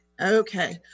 Okay